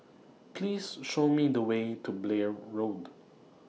Please Show Me The Way to Blair Road